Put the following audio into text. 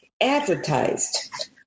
advertised